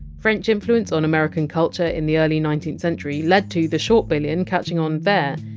french influence on american culture in the early nineteenth century led to the short billion catching on there.